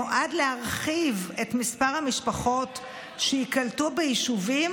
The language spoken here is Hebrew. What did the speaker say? נועד להרחיב את מספר המשפחות שייקלטו ביישובים